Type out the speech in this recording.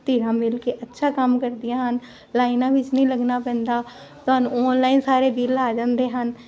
ਧਿਰਾਂ ਮਿਲ ਕੇ ਅੱਛਾ ਕੰਮ ਕਰਦੀਆਂ ਹਨ ਲਾਈਨਾਂ ਵਿਚ ਨਹੀਂ ਲੱਗਣਾ ਪੈਂਦਾ ਤੁਹਾਨੂੰ ਆਨਲਾਈਨ ਸਾਰੇ ਬਿੱਲ ਆ ਜਾਂਦੇ ਹਨ